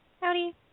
Howdy